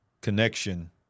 connection